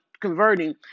converting